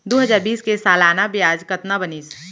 दू हजार बीस के सालाना ब्याज कतना बनिस?